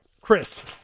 Chris